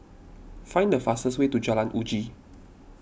find the fastest way to Jalan Uji